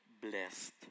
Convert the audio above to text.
blessed